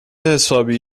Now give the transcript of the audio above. حسابی